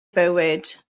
bywyd